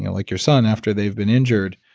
like your son, after they've been injured.